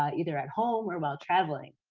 ah either at home or while traveling.